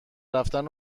رفتن